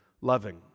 loving